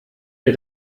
ihr